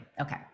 Okay